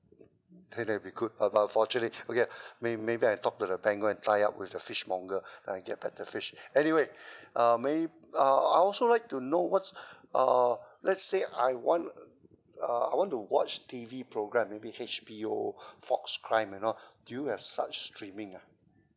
then that will be good but unfortunately okay may~ maybe I talk to the bank go and tie up with the fishmonger and I get back the fish anyway uh may~ uh I also like to know what's uh let's say I want uh I want to watch T_V program maybe H_B_O fox crime and all do you have such streaming ah